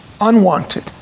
unwanted